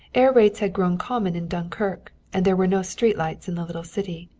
air raids had grown common in dunkirk, and there were no street lights in the little city.